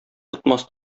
тотмас